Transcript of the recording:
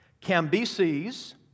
Cambyses